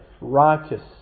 righteous